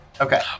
Okay